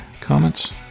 comments